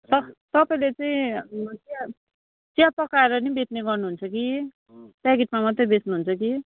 तपाईँले चाहिँ चिया चिया पकाएर नि बेच्ने गर्नुहुन्छ कि प्याकेटमा मात्रै बेच्नुहुन्छ कि